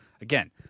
Again